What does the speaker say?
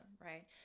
right